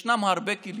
יש הרבה כלים,